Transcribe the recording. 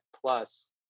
Plus